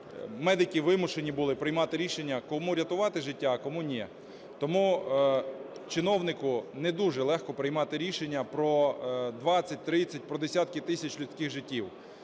медики вимушені були приймати рішення, кому рятувати життя, а кому - ні. Тому чиновнику не дуже легко приймати рішення про 20-30, про десятки тисяч людських життів.